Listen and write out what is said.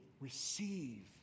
receive